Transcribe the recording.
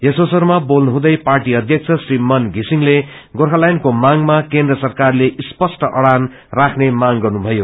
यस अवसरमा बोल्नू हुँदै पर्टी अध्यक्ष श्री मन षिसिङले गोर्खाल्याण्डको मांगमा केन्द्र सरकारले स्पष्ट अड़ान राख्ने मांग गर्नु भयो